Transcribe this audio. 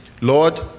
Lord